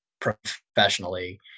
professionally